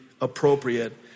appropriate